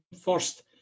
first